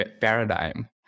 paradigm